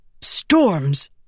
Storms